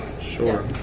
Sure